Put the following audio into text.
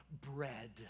bread